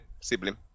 sibling